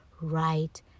right